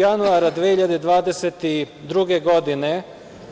Četrnaestog januara 2022. godine,